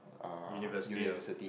university ah